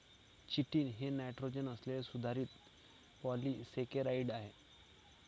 chitin हे nitrogen असलेले सुधारित पॉलिसेकेराइड आहे